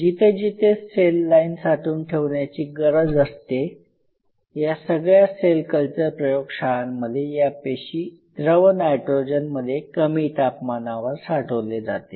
जिथे जिथे cell line साठवून ठेवण्याची गरज असते अशा सगळ्या सेल कल्चर प्रयोगशाळांमध्ये या पेशी द्रव नायट्रोजनमध्ये कमी तापमानावर साठवले जाते